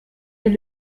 est